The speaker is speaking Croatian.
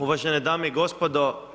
Uvažene dame i gospodo.